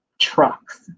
trucks